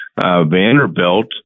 Vanderbilt